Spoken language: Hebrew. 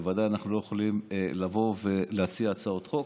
בוודאי אנחנו לא יכולים לבוא ולהציע הצעת חוק,